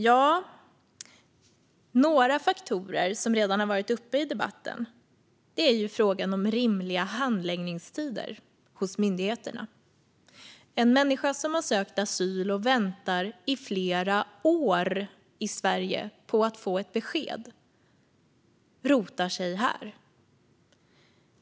En av de faktorer som redan har varit uppe i debatten är frågan om rimliga handläggningstider hos myndigheterna. En människa som har sökt asyl och väntar i flera år i Sverige på att få ett besked rotar sig här.